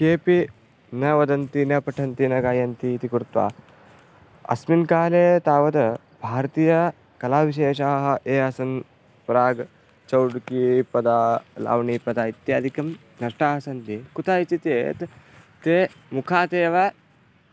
केपि न वदन्ति न पठन्ति न गायन्ति इति कृत्वा अस्मिन् काले तावद् भारतीयकलाविशेषाः ये आसन् प्राग् चौडुकीपदा लव्णीपदम् इत्यादिकं नष्टाः सन्ति कुतः इति चेत् ते मुखात् एव